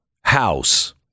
House